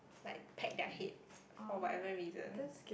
like peck their head for whatever reason